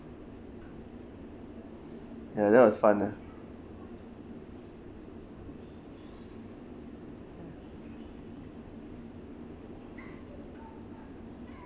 ya that's was fun ah